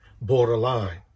borderline